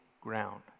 ground